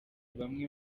bamwe